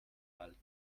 alt